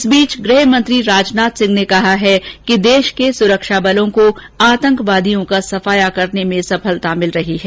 इस बीच गृह मंत्री राजनाथ सिंह ने कहा है कि देश के सुरक्षाबलों को आतंकवादियों का सफाया करने में सफलता मिल रही है